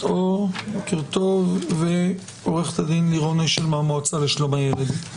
אור ועורכת הדין לירון אשל מהמועצה לשלום הילד.